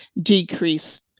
decrease